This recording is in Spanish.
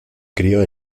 crió